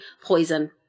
Poison